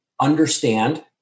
understand